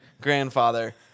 grandfather